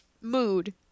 mood